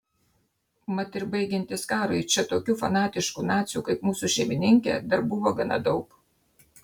mat ir baigiantis karui čia tokių fanatiškų nacių kaip mūsų šeimininkė dar buvo gana daug